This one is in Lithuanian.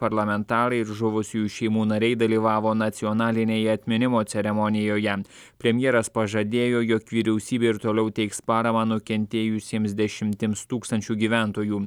parlamentarai ir žuvusiųjų šeimų nariai dalyvavo nacionalinėje atminimo ceremonijoje premjeras pažadėjo jog vyriausybė ir toliau teiks paramą nukentėjusiems dešimtims tūkstančių gyventojų